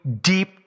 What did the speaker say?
deep